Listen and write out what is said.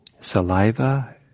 saliva